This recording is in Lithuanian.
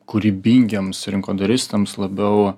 kūrybingiems rinkodaristams labiau